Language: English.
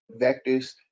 vectors